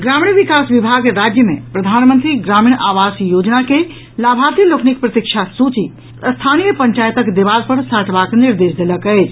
ग्रामीण विकास विभाग राज्य मे प्रधानमंत्री ग्रामीण आवास योजना के लाभार्थी लोकनिक प्रतिक्षा सूची स्थानीय पंचायतक देवाल पर साटबाक निर्देश देलक अछि